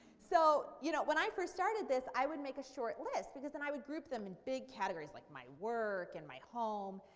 so you know when i first started this i would make a short list because then i would group them in big categories like my work and my home.